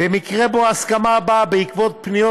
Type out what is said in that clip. במקרה שההסכמה מתקבלת בעקבות פניות